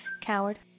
coward